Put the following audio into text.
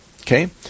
okay